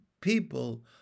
people